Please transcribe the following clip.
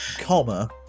comma